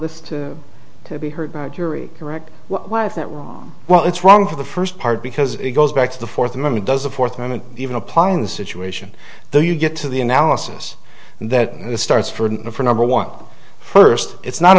this to be heard by jury correct why is that wrong well it's wrong for the first part because it goes back to the fourth amendment does the fourth moment even apply in this situation do you get to the analysis that starts for an for number one first it's not